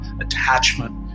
attachment